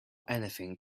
anything